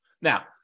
Now